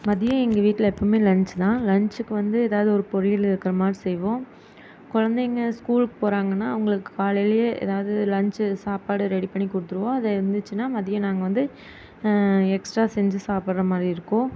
மதியம் எங்கள் வீட்டில் எப்போதுமே லஞ்ச் தான் லஞ்ச்சுக்கு வந்து ஏதாவது ஒரு பொரியல் இருக்கிற மாதிரி செய்வோம் குழந்தைங்க ஸ்கூலுக்கு போகிறாங்கன்னா அவர்களுக்கு காலைலேயே ஏதாவது லஞ்ச்சு சாப்பாடு ரெடி பண்ணி கொடுத்துருவோம் அது இருந்துச்சுன்னா மதியம் நாங்கள் வந்து எக்ஸ்ட்ரா செஞ்சு சாப்பிட்டுற மாதிரி இருக்கும்